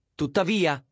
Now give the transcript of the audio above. tuttavia